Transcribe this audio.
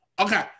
Okay